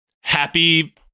happy